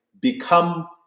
become